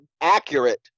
accurate